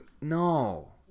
No